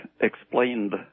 explained